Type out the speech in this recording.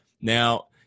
Now